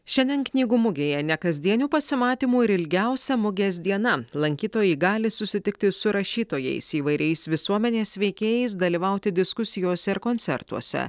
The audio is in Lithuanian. šiandien knygų mugėje ne kasdienių pasimatymų ir ilgiausia mugės diena lankytojai gali susitikti su rašytojais įvairiais visuomenės veikėjais dalyvauti diskusijose ir koncertuose